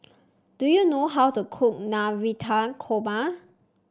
do you know how to cook Navratan Korma